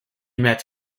met